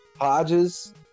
Hodges